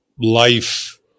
life